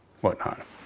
whatnot